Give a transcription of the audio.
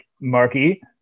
Marky